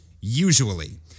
Usually